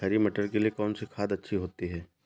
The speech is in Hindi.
हरी मटर के लिए कौन सी खाद अच्छी होती है?